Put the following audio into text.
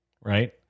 right